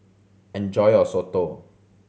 enjoy your soto